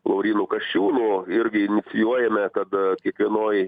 laurynu kasčiūnu irgi inicijuojame kad kiekvienoj